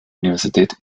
universität